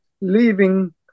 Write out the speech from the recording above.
leaving